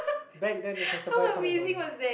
back then you can survive for a dollar